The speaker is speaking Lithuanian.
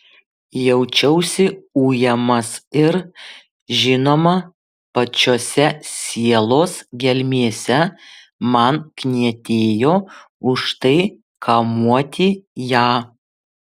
jaučiausi ujamas ir žinoma pačiose sielos gelmėse man knietėjo už tai kamuoti ją